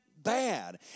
bad